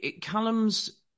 Callum's